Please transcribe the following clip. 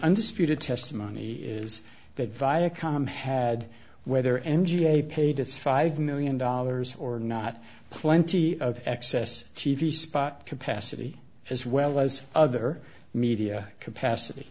undisputed testimony is that viacom had whether n g a paid its five million dollars or not plenty of excess t v spot capacity as well as other media capacity